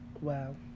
Wow